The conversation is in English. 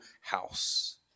house